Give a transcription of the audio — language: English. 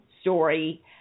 story